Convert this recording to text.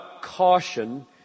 caution